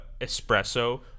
Espresso